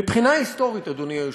מבחינה היסטורית, אדוני היושב-ראש,